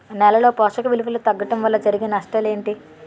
నేలలో పోషక విలువలు తగ్గడం వల్ల జరిగే నష్టాలేంటి?